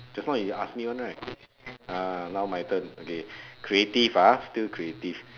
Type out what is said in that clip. just now you ask me one right ah now my turn okay creative ah still creative